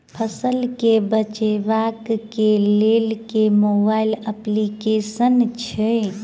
फसल केँ बेचबाक केँ लेल केँ मोबाइल अप्लिकेशन छैय?